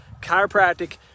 Chiropractic